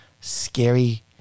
scary